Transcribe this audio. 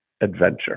adventure